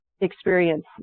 experience